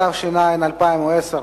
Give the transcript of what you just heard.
התש"ע 2010,